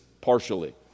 partially